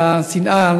את השנאה,